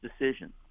decision